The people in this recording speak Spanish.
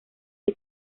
que